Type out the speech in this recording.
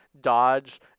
dodge